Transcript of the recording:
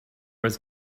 was